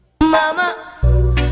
mama